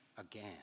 again